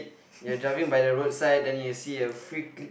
you're driving by the roadside then you see a freaky